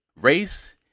race